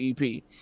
EP